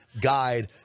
guide